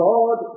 God